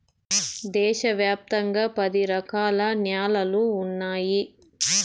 దేశ వ్యాప్తంగా పది రకాల న్యాలలు ఉన్నాయి